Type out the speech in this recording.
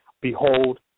Behold